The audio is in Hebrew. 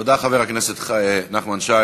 תודה, חבר הכנסת נחמן שי.